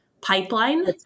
pipeline